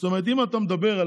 זאת אומרת, אם אתה מדבר על